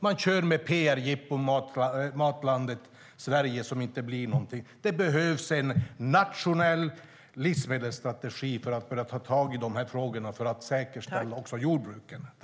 Man kör med pr-jippon som Matlandet Sverige som inte blir någonting. Det behövs en nationell livsmedelsstrategi för att ta tag i de här frågorna och för att säkerställa också jordbruket.